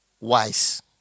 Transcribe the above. wise